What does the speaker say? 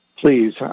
please